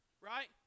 Right